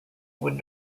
would